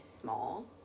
small